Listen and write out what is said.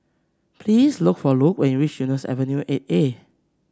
please look for Luke when you reach Eunos Avenue Eight A